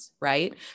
right